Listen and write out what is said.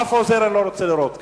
אף עוזר אני לא רוצה לראות כאן,